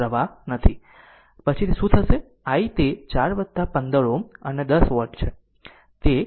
તેથી પછી તે શું હશે i તે 4 વત્તા 1 5 ઓહ્મ અને 10 વોલ્ટ છે